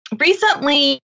Recently